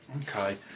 Okay